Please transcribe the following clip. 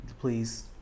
please